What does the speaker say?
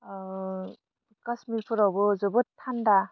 काशमिर फोरावबो जोबोर थान्दा